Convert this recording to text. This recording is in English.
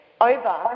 over